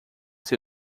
seu